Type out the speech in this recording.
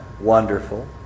Wonderful